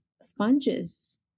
sponges